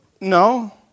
No